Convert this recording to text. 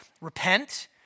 Repent